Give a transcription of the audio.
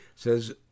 says